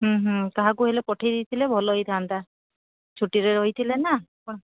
କାହାକୁ ହେଲେ ପଠାଇ ଦେଇଥିଲେ ଭଲ ହୋଇଥାନ୍ତା ଛୁଟିରେ ରହିଥିଲେ ନା ଆପଣ